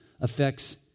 affects